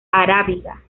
arábiga